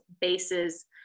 bases